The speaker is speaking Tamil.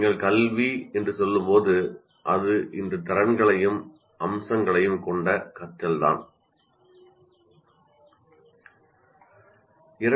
நீங்கள் கல்வி என்று சொல்லும்போது இந்த எல்லா திறன்களையும் கொண்ட கற்றல் தான் இந்த திறன்களைக் கொண்டுள்ளது